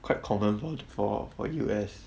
quite common for for U_S